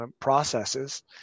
processes